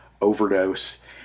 overdose